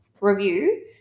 review